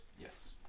Yes